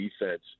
defense